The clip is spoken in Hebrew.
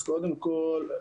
קודם כל,